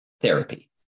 therapy